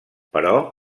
però